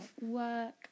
work